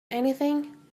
anything